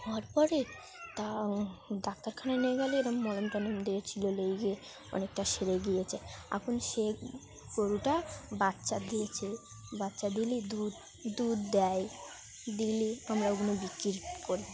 হওয়ার পরে তা ডাক্তারখানায় নিয়ে গেলে এরকম মলম টলম দিয়েছিল লাগিয়ে অনেকটা সেরে গিয়েছে এখন সেই গরুটা বাচ্চা দিয়েছে বাচ্চা দিলে দুধ দুধ দেয় দিলে আমরা ওগুলো বিক্রি করি